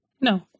no